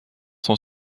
sont